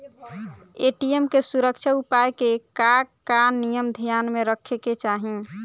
ATM के सुरक्षा उपाय के का का नियम ध्यान में रखे के चाहीं?